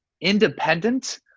independent